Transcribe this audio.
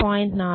4 0